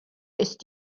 ist